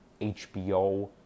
HBO